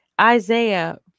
Isaiah